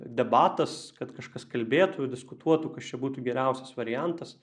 debatas kad kažkas kalbėtų diskutuotų kas čia būtų geriausias variantas